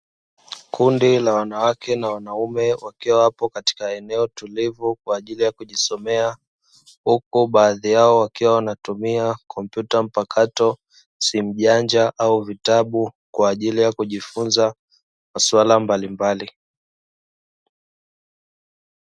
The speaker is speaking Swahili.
Kundi la wanawake na wanaume wakiwa wapo katika eneo tulivu kwa ajili ya kujisomea huku baadhi yao wakiwa wanatumia kompyuta mpakato, simu janja au vitabu kwa ajili ya kujifunza maswala mbali mbali.